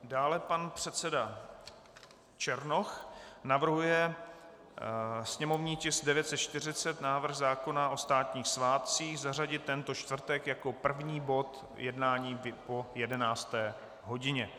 Dále pan předseda Černoch navrhuje sněmovní tisk 940, návrh zákona o státních svátcích, zařadit tento čtvrtek jako první bod jednání po 11. hodině.